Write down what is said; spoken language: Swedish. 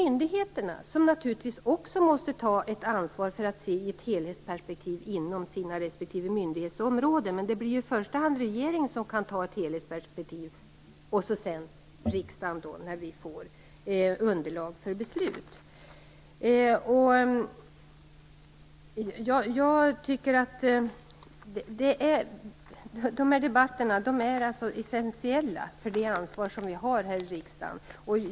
Myndigheterna måste naturligtvis också ta ett ansvar för att se saker i ett helhetsperspektiv inom sina respektive myndighetsområden. Men i första hand är det regeringen som kan använda helhetsperspektivet, och sedan vi i riksdagen, när vi får underlag för beslut. Jag tycker att de här debatterna är essentiella för det ansvar vi har här i riksdagen.